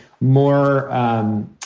more